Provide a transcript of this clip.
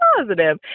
positive